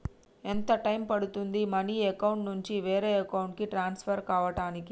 ఎంత టైం పడుతుంది money account నుంచి వేరే అకౌంట్ కి ట్రాన్స్ఫర్ కావటానికి?